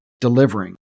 delivering